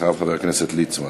אחריו חבר הכנסת ליצמן.